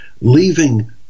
leaving